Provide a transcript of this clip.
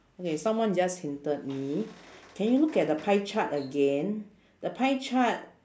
okay someone just hinted me can you look at the pie chart again the pie chart